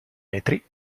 metri